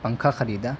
پنکھا خریدا